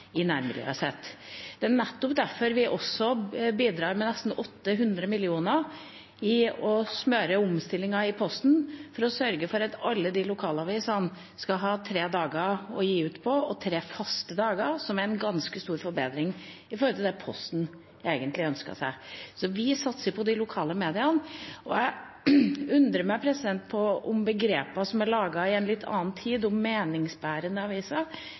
nærmiljøet sitt. Det er nettopp derfor vi bidrar med nesten 800 mill. kr til å smøre omstillingen i Posten for å sørge for at alle lokalavisene skal bli gitt ut på tre dager, tre faste dager, som er en ganske stor forbedring i forhold til det Posten egentlig ønsket seg. Så vi satser på lokalmedia. Jeg undrer meg over begreper som er laget i en litt annen tid, som «meningsbærende aviser».